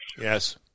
Yes